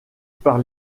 par